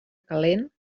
calent